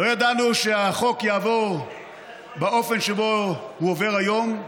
לא ידענו שהחוק יעבור באופן שבו הוא עובר היום,